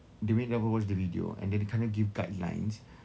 they made a number of us watch this video and then they kinda give guidelines